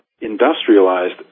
industrialized